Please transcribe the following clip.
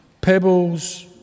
pebbles